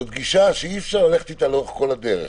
זו גישה שאי אפשר ללכת איתה לאורך כל הדרך.